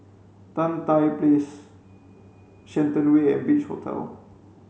Tan Tye Place Shenton Way and Beach Hotel